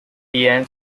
ian